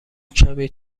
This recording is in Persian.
کمی